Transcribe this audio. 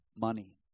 money